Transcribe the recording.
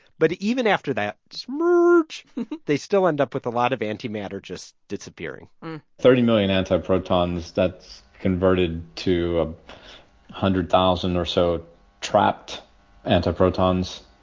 but even after that smerge, they still end up with a lot of antimatter just disappearing thirty million antiprotons that's converted to a hundred thousand or so trapped antiprotons.